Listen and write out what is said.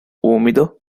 umido